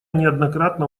неоднократно